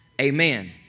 Amen